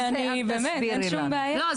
לא,